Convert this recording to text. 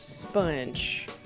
sponge